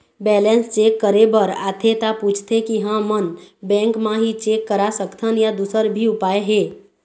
Balance check करे बर आथे ता पूछथें की हमन बैंक मा ही चेक करा सकथन या दुसर भी उपाय हे?